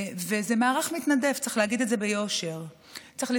וזה מערך מתנדב, צריך להגיד את זה ביושר.